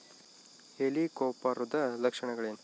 ಹೆಲಿಕೋವರ್ಪದ ಲಕ್ಷಣಗಳೇನು?